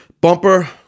bumper